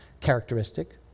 characteristic